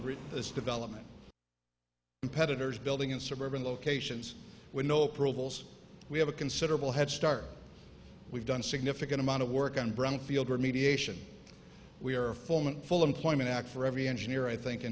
this development competitors building in suburban locations with no approvals we have a considerable head start we've done significant amount of work on bromfield remediation we are forming full employment act for every engineer i think